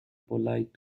polite